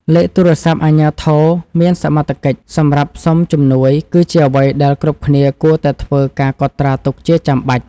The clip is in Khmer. លេខទូរស័ព្ទអាជ្ញាធរមានសមត្ថកិច្ចសម្រាប់សុំជំនួយ គឺជាអ្វីដែលគ្រប់គ្នាគួរតែធ្វើការកត់ត្រាទុកជាចាំបាច់។